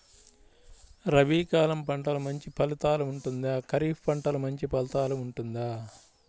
రబీ కాలం పంటలు మంచి ఫలితాలు ఉంటుందా? ఖరీఫ్ పంటలు మంచి ఫలితాలు ఉంటుందా?